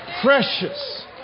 precious